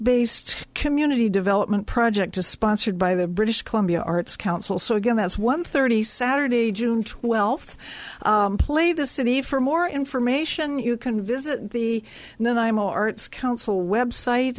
based community development project to sponsored by the british columbia arts council so again that's one thirty saturday june twelfth play the city for more information you can visit the then i am arts council website